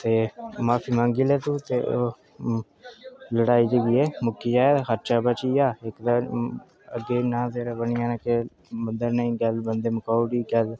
ते माफी मंगी लै तूं ते ओह् लड़ाई मुक्की ते खर्चा बची गेआ ते इक्क ते अग्गें नांऽ तेरा बनी जाना ते गल्ल बंदे मुकाई ओड़ी केह् आखदे